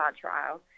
trial